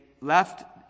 left